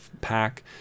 pack